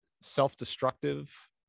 self-destructive